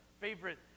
Favorite